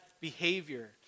behavior